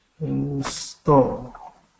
install